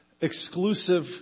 exclusive